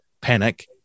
panic